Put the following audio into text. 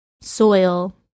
soil